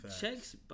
Checks